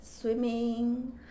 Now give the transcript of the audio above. swimming